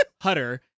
hutter